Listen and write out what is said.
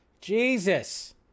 Jesus